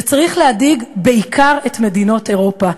זה צריך להדאיג בעיקר את מדינות אירופה,